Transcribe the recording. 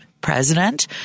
president